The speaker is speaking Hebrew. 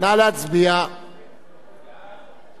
סעיפים 1 9